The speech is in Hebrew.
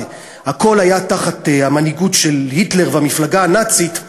והכול היה תחת המנהיגות של היטלר והמפלגה הנאצית,